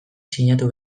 sinatu